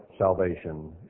Salvation